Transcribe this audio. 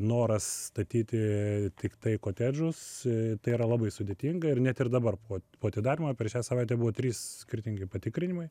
noras statyti tiktai kotedžus tai yra labai sudėtinga ir net ir dabar po atidarymo per šią savaitę buvo trys skirtingi patikrinimai